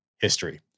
history